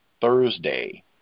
Thursday